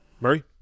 Murray